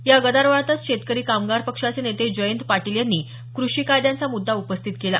या गदारोळातच शेतकरी कामगार पक्षाचे नेते जयंत पाटील यांनी कृषी कायद्यांचा मृद्दा उपस्थित केला